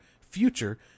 future